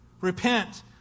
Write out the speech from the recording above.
Repent